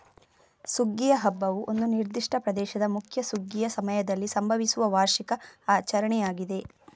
ಸುಗ್ಗಿಯ ಹಬ್ಬವು ಒಂದು ನಿರ್ದಿಷ್ಟ ಪ್ರದೇಶದ ಮುಖ್ಯ ಸುಗ್ಗಿಯ ಸಮಯದಲ್ಲಿ ಸಂಭವಿಸುವ ವಾರ್ಷಿಕ ಆಚರಣೆಯಾಗಿದೆ